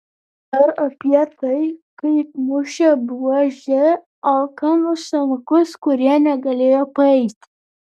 ar apie tai kaip mušė buože alkanus senukus kurie negalėjo paeiti